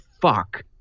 fuck